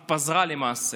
התפזרה, למעשה.